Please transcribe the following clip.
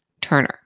Turner